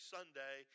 Sunday